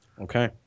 Okay